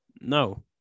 No